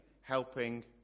helping